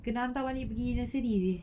kena hantar balik pergi sedih seh